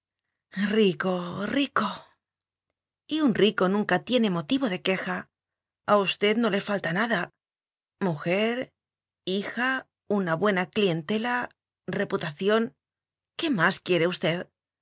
rico rico rico y un rico nunca tiene motivo de queja a usted no le falta nada mujer hija una buena clientela reputación qué más quie re usted